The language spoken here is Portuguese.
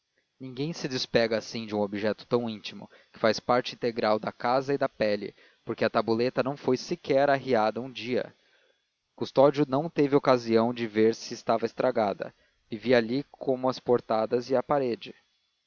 ninguém se despega assim de um objeto tão íntimo que faz parte integral da casa e da pele porque a tabuleta não foi sequer arriada um dia custódio não teve ocasião de ver se estava estragada vivia ali como as portadas e a parede